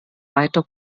weiter